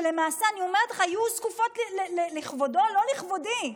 כשלמעשה הן היו נזקפות לכבודו, לא לכבודי,